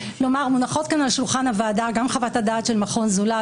מונחות כאן על שולחן הוועדה גם חוות-הדעת של מכון זולת,